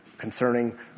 concerning